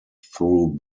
through